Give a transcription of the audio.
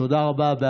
תודה רבה.